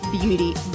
beauty